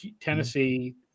Tennessee